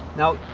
now,